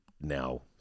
now